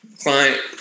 client